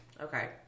Okay